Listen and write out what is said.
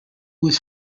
was